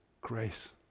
grace